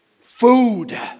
Food